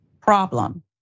problem